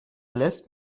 lässt